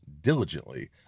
diligently